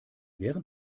während